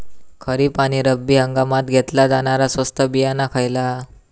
खरीप आणि रब्बी हंगामात घेतला जाणारा स्वस्त बियाणा खयला?